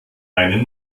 einen